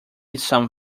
some